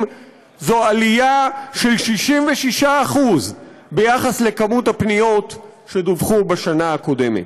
זו עלייה של 66% בכמות הפניות שדווחו בשנה הקודמת.